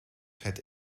het